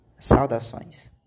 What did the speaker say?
Saudações